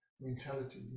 mentality